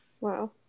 Wow